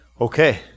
Okay